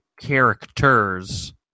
characters